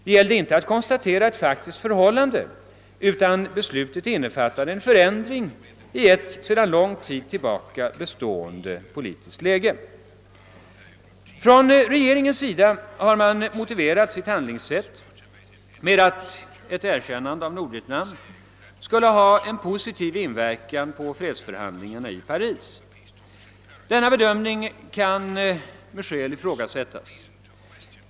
Det gällde inte att konstatera ett faktiskt förhållande, utan beslutet innefattade en förändring i ett sedan lång tid bestående politiskt läge. Regeringen har motiverat sitt handlingssätt med att ett erkännande av Nordvietnam skulle ha en positiv inverkan på fredsförhandlingarna i Paris. Denna bedömning kan med skäl ifrågasättas.